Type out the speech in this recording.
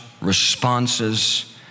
responses